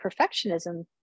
perfectionism